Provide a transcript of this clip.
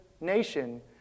nation